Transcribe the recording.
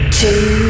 two